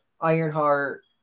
Ironheart